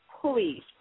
please